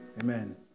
amen